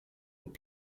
were